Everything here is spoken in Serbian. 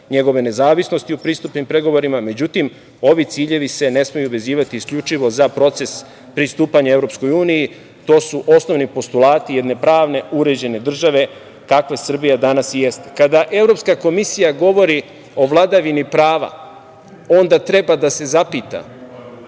njegove nezavisnosti u pristupnim pregovorima. Međutim, ovi ciljevi se ne smeju vezivati isključivo za proces pristupanja EU, to su osnovni postulati jedne pravne, uređene države, kakva Srbija danas i jeste. Kada Evropska komisija govori o vladavini prava onda treba da se zapita